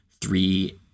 three